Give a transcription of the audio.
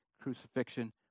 crucifixion